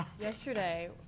yesterday